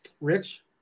Rich